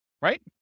right